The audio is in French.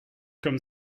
comme